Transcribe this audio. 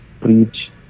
preach